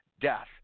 death